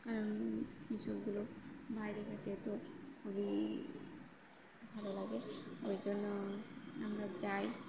কারণ বাইরে তো খুবই ভালো লাগে ওই জন্য আমরা যাই